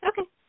okay